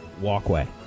walkway